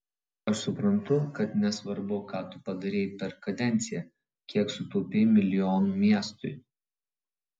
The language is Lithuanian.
aš suprantu kad nesvarbu ką tu padarei per kadenciją kiek sutaupei milijonų miestui